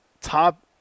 top